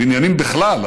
בעניינים בכלל,